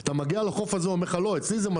אתה מגיע לחוף הזה והוא אומר לך "לא,